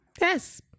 Yes